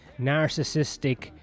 narcissistic